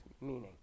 meaning